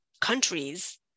countries